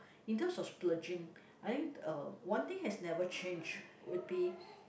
in terms of splurging I think uh one thing has never changed would be